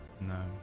No